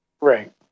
right